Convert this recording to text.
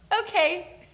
okay